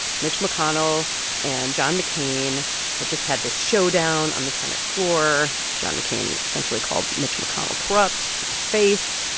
mitch mcconnell and john mccain had just had this showdown on the senate floor. john mccain essentially called mitch mcconnell corrupt to his face.